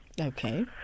Okay